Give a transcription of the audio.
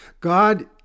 God